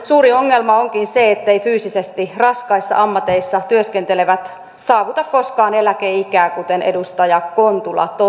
suuri ongelma onkin se että fyysisesti raskaissa ammateissa työskentelevät eivät saavuta koskaan eläkeikää kuten edustaja kontula totesi